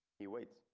he waits,